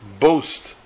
boast